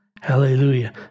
Hallelujah